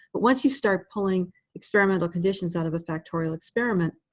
but once you start pulling experimental conditions out of a factorial experiment,